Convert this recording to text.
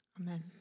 Amen